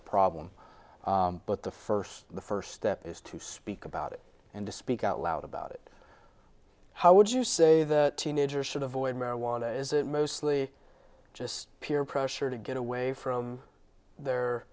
a problem but the first the first step is to speak about it and to speak out loud about it how would you say the teenager should avoid marijuana is it mostly just peer pressure to get away from their